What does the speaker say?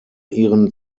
ihren